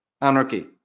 anarchy